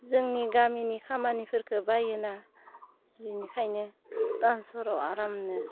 जोंनि गामिनि खामानिफोरखौ बायोना बिनिखायनो टाउन सहराव आरामनो